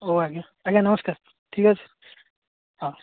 ହଉ ଆଜ୍ଞା ଆଜ୍ଞା ନମସ୍କାର ଠିକ ଅଛି ହଁ